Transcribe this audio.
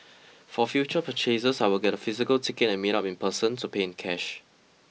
for future purchases I will get a physical ticket and meet up in person to pay in cash